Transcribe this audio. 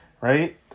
Right